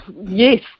Yes